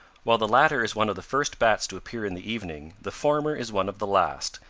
while the latter is one of the first bats to appear in the evening, the former is one of the last,